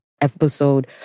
episode